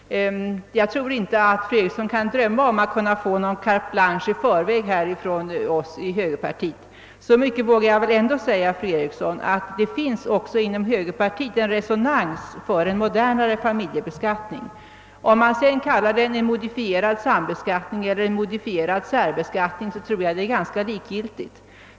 Jag tror inte att fru Eriksson i Stockholm kan förvänta sig att från oss i högerpartiet i förväg kunna få någon carte blanche. Så mycket vågar jag ändå säga, fru Eriksson, att det också inom högerpartiet finns resonans för en modernare familjebeskattning. Om man sedan kallar denna för en modi fierad sambeskattning eller en modifierad särbeskattning är ganska likgiltigt.